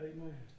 Amen